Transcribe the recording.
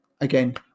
again